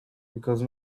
because